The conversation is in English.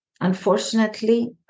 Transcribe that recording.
Unfortunately